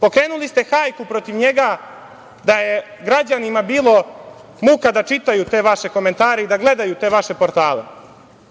Pokrenuli ste hajku protiv njega da je građanima bilo muka da čitaju te vaše komentare i da gledaju te vaše portale. Nećemo